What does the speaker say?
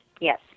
Yes